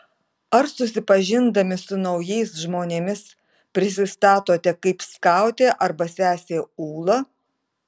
ar susipažindami su naujais žmonėmis prisistatote kaip skautė arba sesė ūla